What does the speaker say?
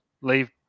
leave